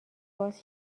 باز